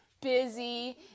Busy